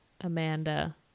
Amanda